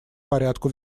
порядку